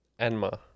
Enma